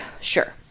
sure